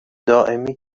دائمی